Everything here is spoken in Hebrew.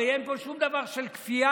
הרי אין פה שום דבר של כפייה,